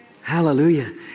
Hallelujah